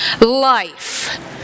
life